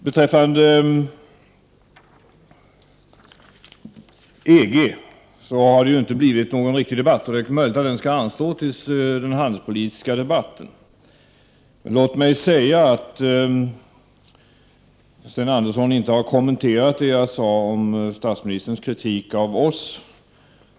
Beträffande EG har det inte blivit någon riktig debatt. Det är möjligt att den skall anstå till den handelspolitiska debatten. Men Sten Andersson har inte kommenterat det jag sade om statsministerns kritik av oss.